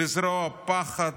לזרוע פחד,